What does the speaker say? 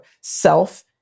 self